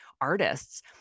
artists